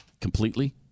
completely